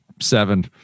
seven